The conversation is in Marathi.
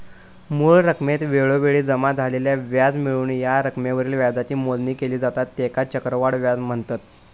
मूळ रकमेत वेळोवेळी जमा झालेला व्याज मिळवून या रकमेवरील व्याजाची मोजणी केली जाता त्येकाच चक्रवाढ व्याज म्हनतत